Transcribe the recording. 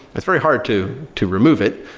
it's very hard to to remove it.